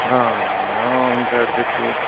ਹਾਂ ਫਿਰ ਦੇਖੋ